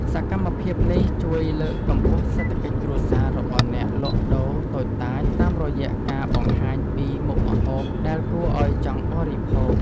សកម្មភាពនេះជួយលើកកម្ពស់សេដ្ឋកិច្ចគ្រួសាររបស់អ្នកលក់ដូរតូចតាច តាមរយៈការបង្ហាញពីមុខម្ហូបដែលគួរឱ្យចង់បរិភោគ។